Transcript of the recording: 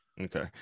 Okay